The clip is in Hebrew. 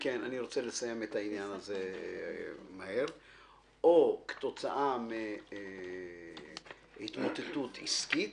------ כן, או כתוצאה מהתמוטטות עסקית